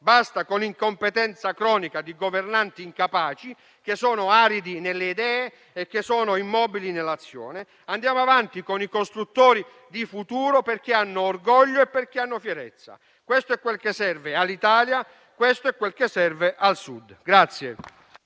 Basta con l'incompetenza cronica di governanti incapaci, che sono aridi nelle idee e immobili nell'azione. Andiamo avanti con i costruttori di futuro, perché hanno orgoglio e fierezza. Questo è quel che serve all'Italia; questo è quel che serve al Sud.